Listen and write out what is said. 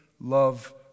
love